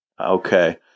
Okay